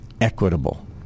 equitable